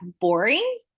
boring